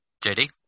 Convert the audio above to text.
JD